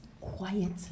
Quietly